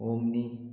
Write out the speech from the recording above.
omni